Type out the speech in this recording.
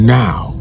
now